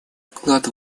вклад